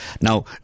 Now